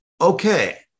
okay